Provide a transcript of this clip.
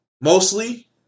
Mostly